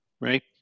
right